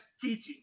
teaching